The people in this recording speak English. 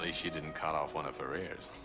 ah she didn't cut off one of her ears.